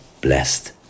blessed